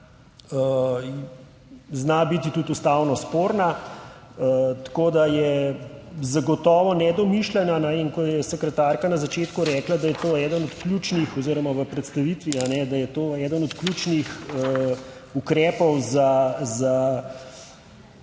Zna biti tudi ustavno sporna. Tako, da je zagotovo nedomišljena. In ko je sekretarka na začetku rekla, da je to eden od ključnih oziroma v predstavitvi, da je to eden od ključnih ukrepov za